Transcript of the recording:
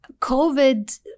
COVID